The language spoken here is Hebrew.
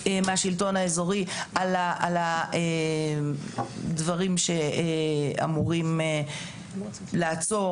מהשלטון האזורי על הדברים שאמורים לעזור.